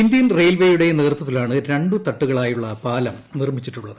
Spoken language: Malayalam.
ഇന്ത്യൻ റെയിൽവേയുളട്ട് നേതൃത്വത്തിലാണ് രണ്ടു തട്ടുകളായുള്ള പാലം നിർമ്മിച്ചിട്ടുള്ളത്